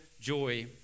joy